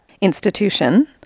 institution